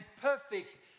perfect